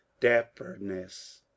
dapperness